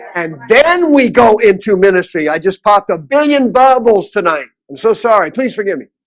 and then we go into ministry. i just popped a billion bubbles tonight. i'm so sorry. please forgive me